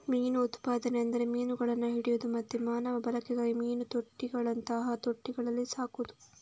ಮೀನು ಉತ್ಪಾದನೆ ಅಂದ್ರೆ ಮೀನುಗಳನ್ನ ಹಿಡಿಯುದು ಮತ್ತೆ ಮಾನವ ಬಳಕೆಗಾಗಿ ಮೀನು ತೊಟ್ಟಿಗಳಂತಹ ತೊಟ್ಟಿಗಳಲ್ಲಿ ಸಾಕುದು